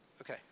Okay